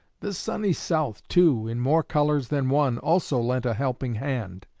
the sunny south, too, in more colors than one, also lent a helping hand.